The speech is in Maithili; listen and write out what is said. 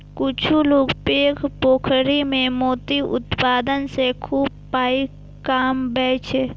किछु लोक पैघ पोखरि मे मोती उत्पादन सं खूब पाइ कमबै छै